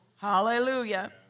Hallelujah